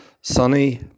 sunny